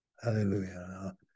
Hallelujah